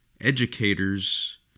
educators